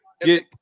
get